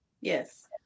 Yes